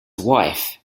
wife